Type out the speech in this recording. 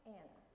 Anna